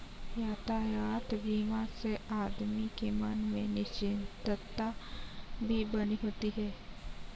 यातायात बीमा से आदमी के मन में निश्चिंतता भी बनी होती है